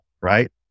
Right